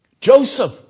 Joseph